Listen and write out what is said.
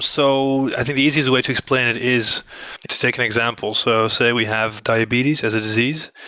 so i think the easiest way to explain it is to take an example. so say we have diabetes as a disease,